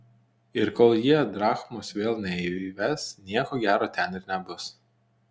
ir kol jie drachmos vėl neįves nieko gero ten ir nebus